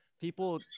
People